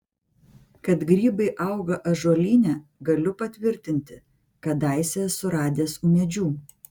kad grybai auga ąžuolyne galiu patvirtinti kadaise esu radęs ūmėdžių